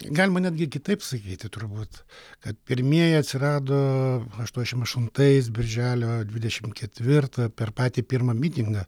galima netgi kitaip sakyti turbūt kad pirmieji atsirado aštuoniasdešim aštuntais birželio dvidešim ketvirtą per patį pirmą mitingą